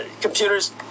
computers